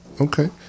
Okay